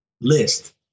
list